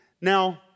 Now